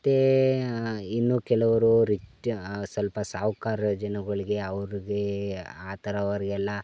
ಮತ್ತು ಇನ್ನು ಕೆಲವರು ರಿಚ್ ಸ್ವಲ್ಪ ಸಾಹುಕಾರ್ ಜನಗಳಿಗೆ ಅವರಿಗೇ ಆ ಥರ ಅವ್ರಿಗೆಲ್ಲಾ